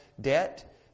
debt